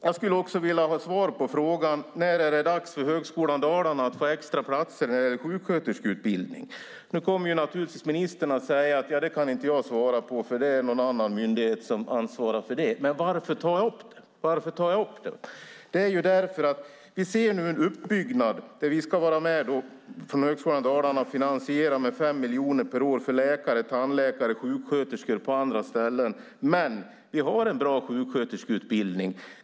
Jag skulle också vilja ha svar på frågan när det är dags för Högskolan Dalarna att få extra platser i sjuksköterskeutbildningen. Nu kommer naturligtvis ministern att säga: Det kan inte jag svara på, för det är någon annan myndighet som ansvarar för det. Varför tar jag upp detta? Det är därför att vi nu ser en uppbyggnad där Högskolan Dalarna ska vara med och med 5 miljoner per år finansiera utbildning för läkare, tandläkare och sjuksköterskor på andra ställen. Men vi har en bra sjuksköterskeutbildning.